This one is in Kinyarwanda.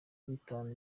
bitanu